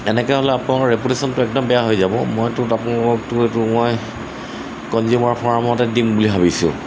এনেকৈ হ'লে আপোনালোকৰ ৰেপুটেশ্যনটো একদম বেয়া হৈ যাব মইতো আপোনালতো এইটো মই কনজিউমাৰ ফাৰ্মতে দিম বুলি ভাবিছোঁ